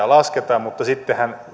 lasketaan mutta sitten hän